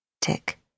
Tick